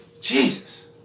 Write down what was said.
Jesus